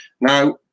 Now